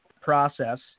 process